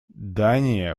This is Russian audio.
дания